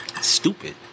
stupid